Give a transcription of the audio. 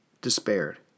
despaired